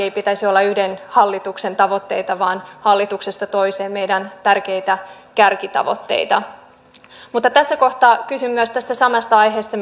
ei pitäisi olla yhden hallituksen tavoitteita vaan hallituksesta toiseen meidän tärkeitä kärkitavoitteita mutta tässä kohtaa kysyn myös tästä samasta aiheesta